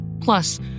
Plus